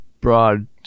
broad